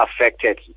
affected